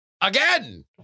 again